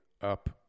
up